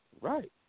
Right